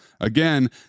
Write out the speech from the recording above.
Again